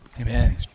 Amen